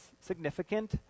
significant